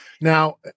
Now